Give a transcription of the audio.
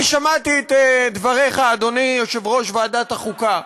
אני שמעתי את דבריך, אדוני יושב-ראש ועדת החוקה,